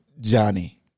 Johnny